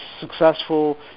successful